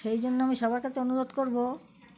সেই জন্য আমি সবার কাছে অনুরোধ করবো